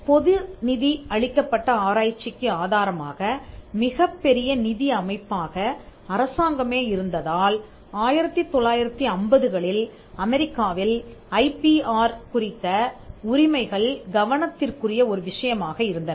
இப்போது பொதுநிதி அளிக்கப்பட்ட ஆராய்ச்சிக்கு ஆதாரமாக மிகப் பெரிய நிதி அமைப்பாக அரசாங்கமே இருந்ததால் 1950களில் அமெரிக்காவில் ஐபிஆர் குறித்த உரிமைகள் கவனத்திற்குரிய ஒரு விஷயமாக இருந்தன